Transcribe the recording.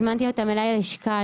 הזמנתי אותם אליי ללשכה.